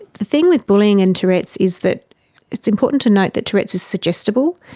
the thing with bullying and tourette's is that it's important to note that tourette's is suggestible.